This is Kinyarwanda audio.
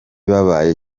babaye